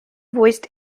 voiced